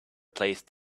placed